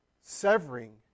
severing